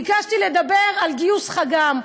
ביקשתי לדבר על גיוס חג"מ,